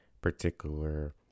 particular